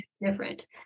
different